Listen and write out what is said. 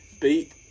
Beat –